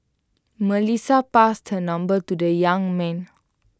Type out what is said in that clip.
Melissa passed her number to the young man